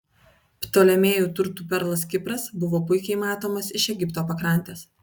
ptolemėjų turtų perlas kipras buvo puikiai matomas iš egipto pakrantės